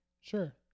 Sure